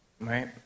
right